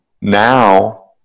now